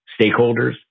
stakeholders